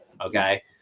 Okay